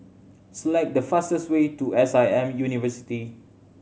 select the fastest way to S I M University